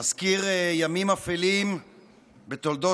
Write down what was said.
המזכיר ימים אפלים בתולדות